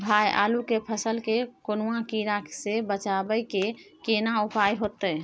भाई आलू के फसल के कौनुआ कीरा से बचाबै के केना उपाय हैयत?